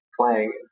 playing